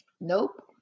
nope